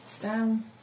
Down